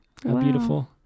beautiful